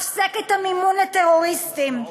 הפסק את המימון לטרוריסטים,